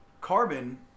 Carbon